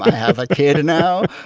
have a kid now.